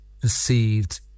perceived